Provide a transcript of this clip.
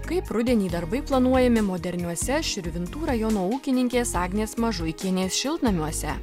kaip rudenį darbai planuojami moderniuose širvintų rajono ūkininkės agnės mažuikienės šiltnamiuose